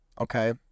Okay